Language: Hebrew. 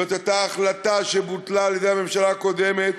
זאת החלטה שבוטלה על-ידי הממשלה הקודמת